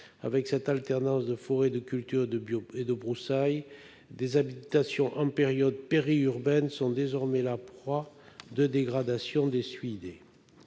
avec une alternance de forêts, de cultures et de broussailles. Des habitations en zone périurbaine sont désormais la proie de dégradations de la